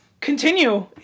continue